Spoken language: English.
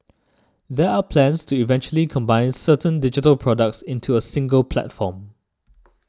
there are plans to eventually combine certain digital products into a single platform